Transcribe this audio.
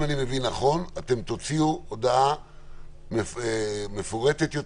אם אני מבין נכון אתם תוציאו הודעה מפורטת יותר,